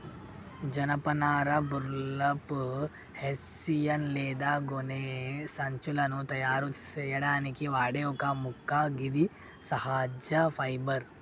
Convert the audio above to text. జనపనార burlap, hessian లేదా గోనె సంచులను తయారు సేయడానికి వాడే ఒక మొక్క గిది సహజ ఫైబర్